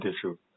issue